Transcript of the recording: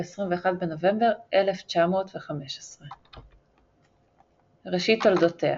ב-21 בנובמבר 1915. ראשית תולדותיה